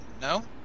No